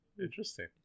Interesting